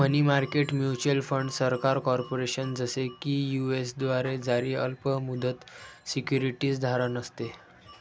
मनी market mutual fund सरकार, corporation, जसे की यू.एस द्वारे जारी अल्प मुदत सिक्युरिटीज धारण असते